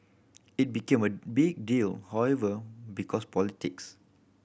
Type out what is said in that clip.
it became a big deal however because politics